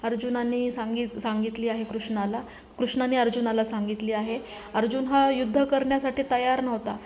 अर्जुनानी सांगित सांगितली आहे कृष्णाला कृष्णाने अर्जुनाला सांगितली आहे अर्जुन हा युद्ध करण्यासाठी तयार नव्हता